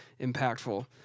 impactful